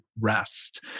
rest